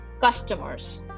customers